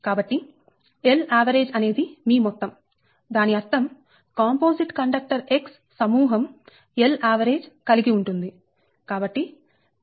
కాబట్టి Lavg అనేది మీ మొత్తం దాని అర్థం కాంపోజిట్ కండక్టర్ X సమూహం Lavg కలిగి ఉంటుంది